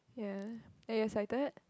yeah are you excited